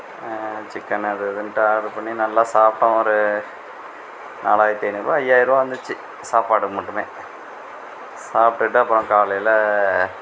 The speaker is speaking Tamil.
சிக்கனு அது இதுன்ட்டு ஆர்ட்ரு பண்ணி நல்லா சாப்பிட்டோம் ஒரு நாலாயிரத்து ஐநூறுரூவா ஐயாயிரம் ரூபா வந்துச்சு சாப்பாடுக்கு மட்டுமே சாப்பிட்டுட்டு அப்புறம் காலையில்